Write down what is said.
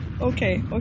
okay